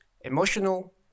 emotional